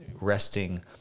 resting